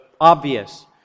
obvious